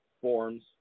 forms